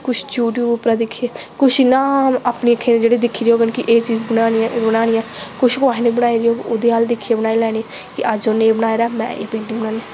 कुछ यूट्यूब उप्परा दा दिक्खियै कुछ इयां अपनी अक्खीं जियां दिक्खी दी होऐ एह् चीज़ बनानी ऐ ओह् चीज़ बनानी ऐ कुछ कुसै ने बनाई दी होऐ ओह्दे अ'ल्ल दिक्खियै बनाई लैनी कि अज्ज उन्नै एह् बनाए दा में एह् पेंटिंग बनानी